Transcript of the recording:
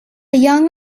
young